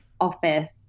office